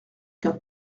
qu’un